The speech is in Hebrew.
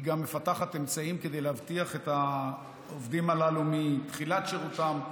היא גם מפתחת אמצעים כדי להבטיח את העובדים הללו מתחילת שירותם,